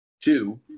Two